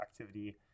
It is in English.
activity